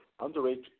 underage